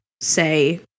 say